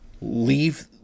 leave